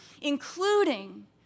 including